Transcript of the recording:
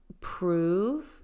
prove